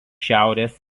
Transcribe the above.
šiaurės